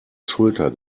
schulter